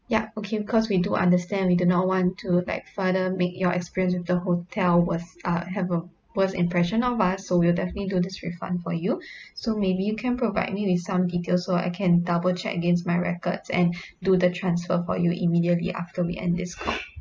yup okay because we do understand we do not want to like further make your experience with the hotel worse uh have a worse impression of us so we'll definitely do this refund for you so maybe you can provide me with some details so I can double check against my records and do the transfer for you immediately after we end this call